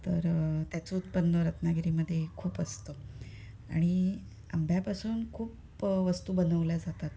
तर त्याचं उत्पन्न रत्नागिरीमध्ये खूप असतं आणि आंब्यापासून खूप वस्तू बनवल्या जातात